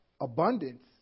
abundance